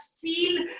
feel